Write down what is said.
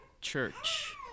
church